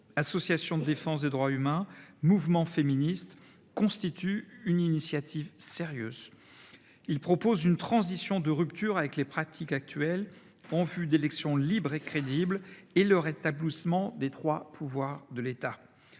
associations de défense des droits humains, mouvements féministes – constitue une initiative sérieuse. Il propose une transition de rupture avec les pratiques actuelles, en vue d’élections libres et crédibles, et le rétablissement des trois pouvoirs de l’État.